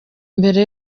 mbere